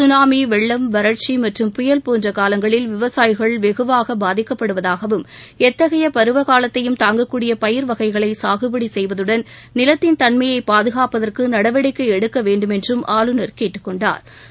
tsunami வெள்ளம் வறட்சி மற்றும் புயல் போன்ற காலங்களில் விவசாயிகள் வெகுவாக பாதிக்கப்படுவதாகவும் எத்தகைய பருவக் காலத்தையும் தாங்கக்கூடிய பயிர் வகைகளை சாகுபடி செய்வதுடன் நிலத்தின் தன்மையை பாதுகாப்பதற்கு நடவடிக்கை எடுக்க வேண்டமென்றும் ஆளுநா் கேட்டுக் கொண்டாா்